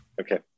Okay